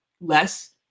less